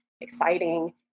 exciting